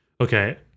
Okay